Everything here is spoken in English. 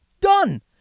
Done